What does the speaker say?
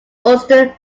austin